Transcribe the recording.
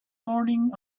morning